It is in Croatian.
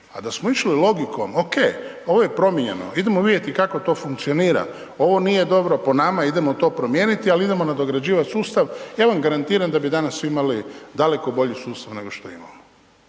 A da smo išli logikom OK ovo je promijenjeno idemo vidjeti kako to funkcionira, ovo nije dobro po nama idemo to promijeniti ali idemo nadograđivati sustav, ja vam garantiram da bi danas svi imali daleko bolji sustav nego što imamo.